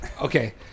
Okay